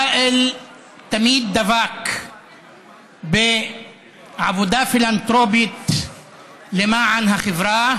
ואאל תמיד דבק בעבודה פילנתרופית למען החברה,